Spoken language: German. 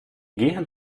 gehen